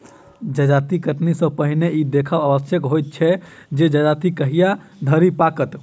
जजाति कटनी सॅ पहिने ई देखब आवश्यक होइत छै जे जजाति कहिया धरि पाकत